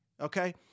okay